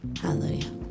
Hallelujah